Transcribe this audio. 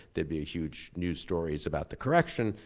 there'd be a huge news stories about the correction,